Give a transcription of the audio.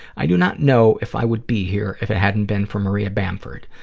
i do not know if i would be here if it hadn't been for maria bamford.